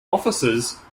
officers